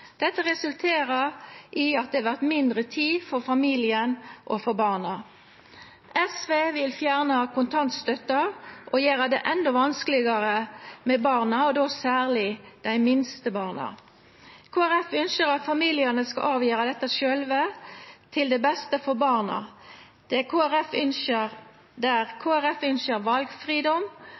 Dette resulterer i at det vert mindre tid for familien og for barna. SV vil fjerna kontantstøtta og gjera det endå vanskelegare for barna, og då særleg dei minste barna. Kristeleg Folkeparti ynskjer at familiane skal avgjera dette sjølve, til det beste for barna. Der Kristeleg Folkeparti ynskjer